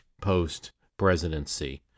post-presidency